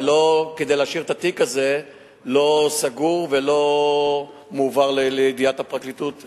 ולא כדי להשאיר את התיק הזה לא סגור ולא מועבר לידיעת הפרקליטות,